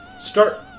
Start